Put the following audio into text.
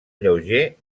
lleuger